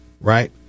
right